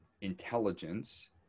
intelligence